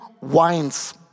wines